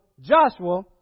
Joshua